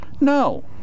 No